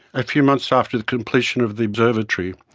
a few months after the completion of the observatory,